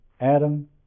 Adam